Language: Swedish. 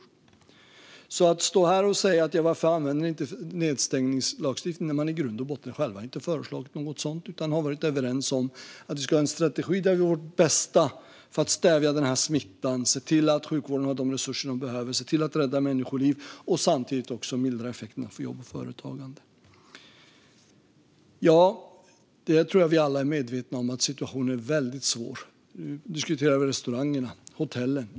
Här står man alltså och frågar varför vi inte använder nedstängningslagstiftningen när man i grund och botten inte själv föreslagit något sådant utan varit överens med oss om att ha en strategi där vi gör vårt bästa för att stävja smittan, se till att sjukvården har de resurser den behöver, se till att rädda människoliv och samtidigt också mildra effekterna för jobb och företagande. Jag tror att vi alla är medvetna om att situationen är väldigt svår. Nu diskuterar vi restaurangerna och hotellen.